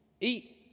eat